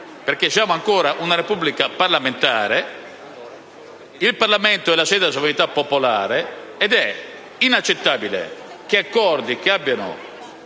perché siamo ancora una Repubblica parlamentare. Il Parlamento è la sede della sovranità popolare ed è inaccettabile che accordi di